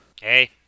hey